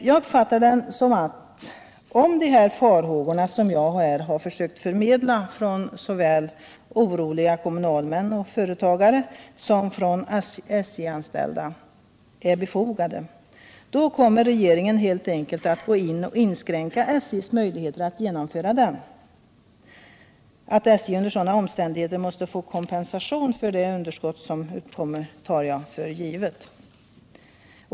Jag uppfattar svaret så, att om de farhågor som jag här har försökt förmedla från såväl oroliga kommunalmän och företagare som från SJ-anställda är befogade, kommer regeringen helt enkelt att inskränka SJ:s möjligheter att genomföra planerna. Att SJ under sådana omständigheter måste få kompensation för det underskott som då uppkommer tar jag för givet.